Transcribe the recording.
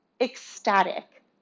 ecstatic